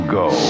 go